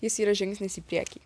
jis yra žingsnis į priekį